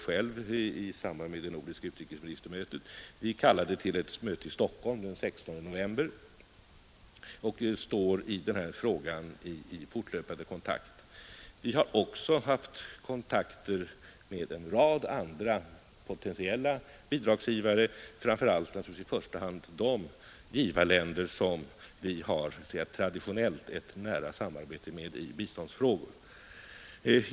I samband med det nordiska utrikesministermötet kallade vi till ett sammanträde i Stockholm den 16 november och står i denna fråga i fortlöpande kontakt med de nordiska regeringarna. Vi har också haft kontakter med en rad andra potentiella bidragsgivare, framför allt med de givarländer som vi traditionellt har ett nära samarbete med i biståndsfrågor.